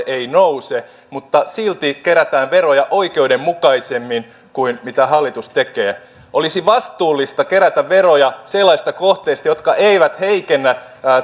ei nouse mutta silti kerätään veroja oikeudenmukaisemmin kuin mitä hallitus tekee olisi vastuullista kerätä veroja sellaisista kohteista jotka eivät heikennä